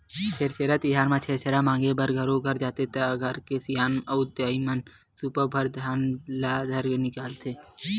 छेरछेरा तिहार म छेरछेरा मांगे बर घरो घर जाथे त घर के सियान अऊ दाईमन सुपा भर धान ल धरके निकलथे